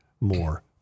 more